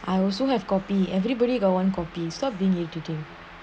I also have copy everybody got one copy stopped you to do